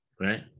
right